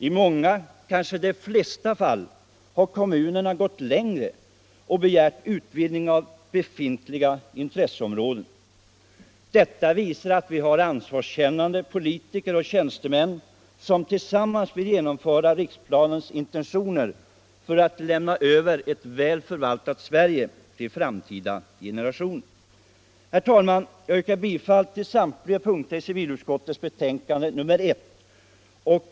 I många fall, kanske de flesta, har kommunerna gått längre och begärt utvidgning av befintliga intresseområden. Detta visar att vi har ansvarskännande politiker och tjänstemän, som tillsammans vill genomföra riksplanens intentioner för att lämna över ett väl förvaltat Sverige till framtida generationer. Herr talman! Jag yrkar bifall till civilutskottets hemställan på samtliga punkter i betänkandet nr 1.